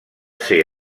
ser